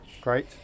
Great